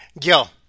Gil